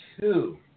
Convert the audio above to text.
two